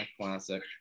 Classic